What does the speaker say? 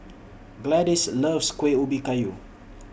Gladyce loves Kueh Ubi Kayu